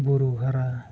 ᱵᱩᱨᱩ ᱦᱟᱨᱟ